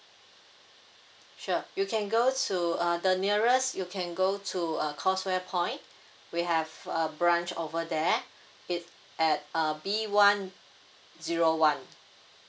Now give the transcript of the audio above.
sure you can go to uh the nearest you can go to uh causeway point we have a branch over there it's at uh B one zero one